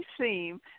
seem